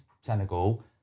Senegal